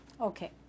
Okay